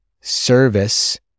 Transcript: service